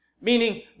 Meaning